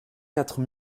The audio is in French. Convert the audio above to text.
quatre